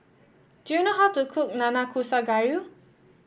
do you know how to cook Nanakusa Gayu